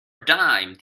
dime